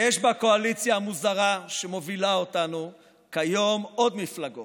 יש בקואליציה המוזרה שמובילה אותנו כיום עוד מפלגות,